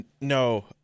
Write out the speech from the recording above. no